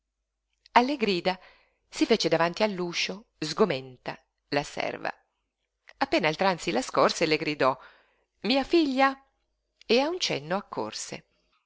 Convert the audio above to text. alle grida si fece davanti all'uscio sgomenta la serva appena il tranzi la scorse le gridò mia figlia e a un cenno accorse